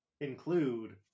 include